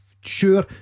sure